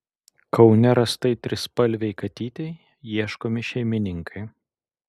kaune rastai trispalvei katytei ieškomi šeimininkai